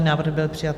Návrh byl přijat.